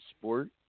sport